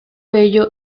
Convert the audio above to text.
ello